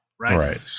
Right